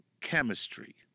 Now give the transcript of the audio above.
chemistry